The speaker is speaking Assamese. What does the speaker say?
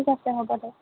ঠিক আছে হ'বদে